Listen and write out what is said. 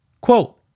Quote